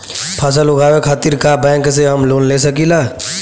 फसल उगावे खतिर का बैंक से हम लोन ले सकीला?